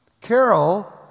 Carol